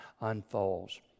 unfolds